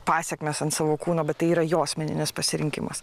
pasekmes ant savo kūno bet tai yra jo asmeninis pasirinkimas